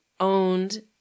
owned